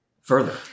further